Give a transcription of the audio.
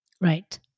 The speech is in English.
Right